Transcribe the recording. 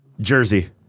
Jersey